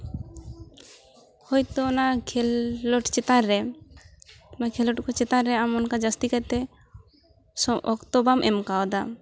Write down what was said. ᱦᱚᱭᱛᱳ ᱚᱱᱟ ᱠᱷᱮᱞᱳᱰ ᱪᱮᱛᱟᱱ ᱨᱮ ᱚᱱᱟ ᱠᱷᱮᱞᱳᱰ ᱠᱚ ᱪᱮᱛᱟᱱ ᱨᱮ ᱟᱢ ᱚᱱᱠᱟ ᱡᱟᱹᱥᱛᱤ ᱠᱟᱭᱛᱮ ᱥᱚ ᱚᱠᱛᱚ ᱵᱟᱢ ᱮᱢ ᱠᱟᱣᱫᱟ